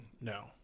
No